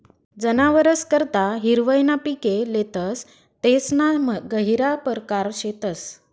जनावरस करता हिरवय ना पिके लेतस तेसना गहिरा परकार शेतस